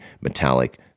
metallic